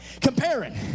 comparing